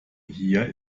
hier